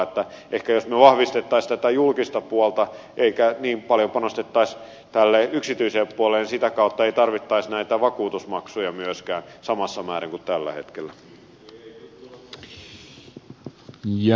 ehkä jos me vahvistaisimme tätä julkista puolta emmekä niin paljon panostaisi tälle yksityiselle puolelle niin sitä kautta ei tarvittaisi näitä vakuutusmaksuja myöskään samassa määrin kuin tällä hetkellä